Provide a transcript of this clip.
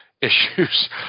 issues